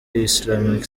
islamic